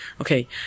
okay